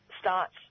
starts